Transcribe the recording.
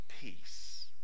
peace